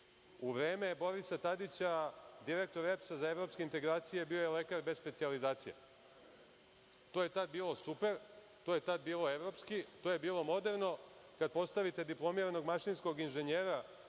vreme Borisa Tadića direktor EPS-a za evropske integracije bio je lekar bez specijalizacije. To je tada bilo super, to je tada bilo evropski, to je bilo moderno. Kada postavite diplomiranog mašinskog inženjera